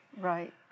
Right